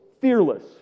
fearless